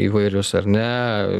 įvairius ar ne